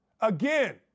Again